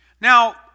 Now